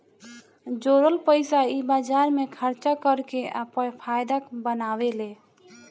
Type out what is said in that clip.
जोरल पइसा इ बाजार मे खर्चा कर के आ फायदा बनावेले